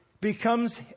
becomes